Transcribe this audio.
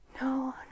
No